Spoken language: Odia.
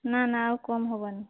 ନା ନା ଆଉ କମ୍ ହେବନି